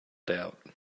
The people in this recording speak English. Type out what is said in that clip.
doubt